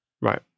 Right